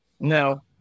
no